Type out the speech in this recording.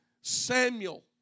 Samuel